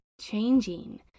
changing